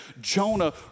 Jonah